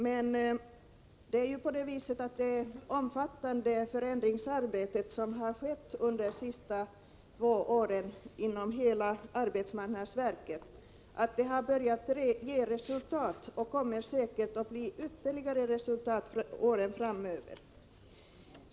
Men det omfattande förändringsarbete som har skett under de senaste två åren inom hela arbetsmarknadsverket har börjat ge resultat, och det kommer säkert att bli ytterligare resultat åren framöver.